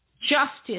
Justice